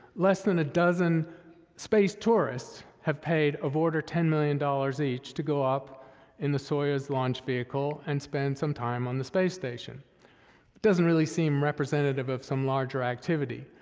less than a dozen space tourists have paid of order ten million dollars each to go up in the soyuz launch vehicle and spend some time on the space station. it doesn't really seem representative of some larger activity.